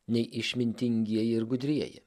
nei išmintingieji ir gudrieji